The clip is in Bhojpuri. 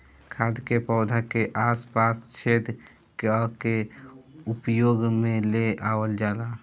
खाद के पौधा के आस पास छेद क के उपयोग में ले आवल जाला